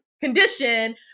condition